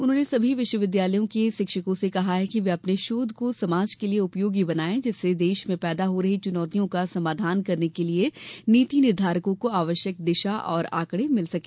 उन्होंने सभी विश्वविद्यालयों के शिक्षकों से कहा कि वे अपने शोध को समाज के लिए उपयोगी बनाएं जिससे देश में पैदा हो रही चुनौतियों का समाधान करने के लिए नीति निर्धारकों को आवश्यक दिशा और आंकड़े मिल सके